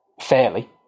fairly